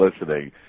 listening